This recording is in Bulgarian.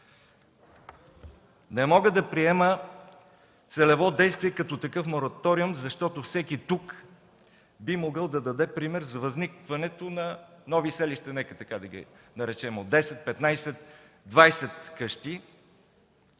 Не мога да приема целево действие като такъв мораториум, защото всеки тук би могъл да даде пример за възникването на нови селища, нека така да ги наречем, от 10, 15, 20 къщи